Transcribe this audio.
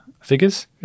figures